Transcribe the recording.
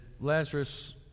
Lazarus